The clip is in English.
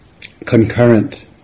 Concurrent